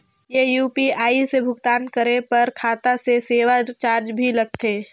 ये यू.पी.आई से भुगतान करे पर खाता से सेवा चार्ज भी लगथे?